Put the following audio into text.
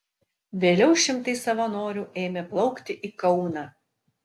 vėliau šimtai savanorių ėmė plaukti į kauną